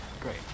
Great